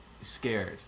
scared